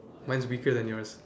mine's weaker than yours